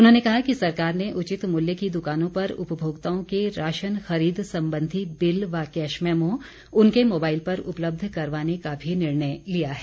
उन्होंने कहा कि सरकार ने उचित मूल्य की दुकानों पर उपभोक्ताओं के राशन खरीद संबंधी बिल व कैशमैमो उनके मोबाइल पर उपलब्ध करवाने का भी निर्णय लिया है